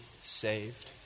saved